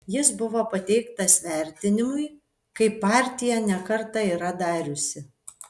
jis buvo pateiktas vertinimui kaip partija ne kartą yra dariusi